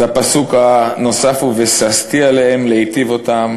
אז הפסוק הנוסף הוא: "וששתי עליהם להֵטיב אותם